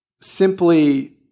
simply